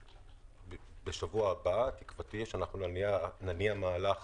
בשבוע הבא תקוותי היא שנניע מהלך